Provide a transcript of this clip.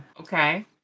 Okay